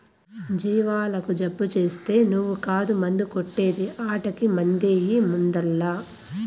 జీవాలకు జబ్బు చేస్తే నువ్వు కాదు మందు కొట్టే ది ఆటకి మందెయ్యి ముందల్ల